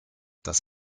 das